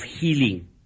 healing